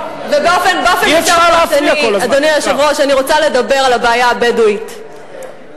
שאני עדכנתי את המליאה שבשידור בטלוויזיה עכשיו,